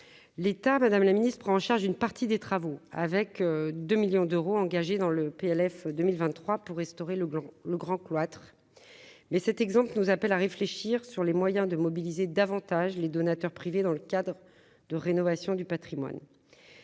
l'état Madame la Ministre, prend en charge une partie des travaux avec 2 millions d'euros engagés dans le PLF 2023 pour restaurer le grand le grand cloître mais cet exemple nous appellent à réfléchir sur les moyens de mobiliser davantage les donateurs privés dans le cadre de rénovation du Patrimoine